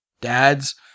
Dad's